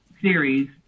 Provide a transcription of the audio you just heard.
series